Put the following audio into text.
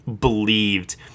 believed